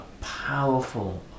powerful